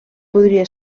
podria